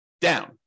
down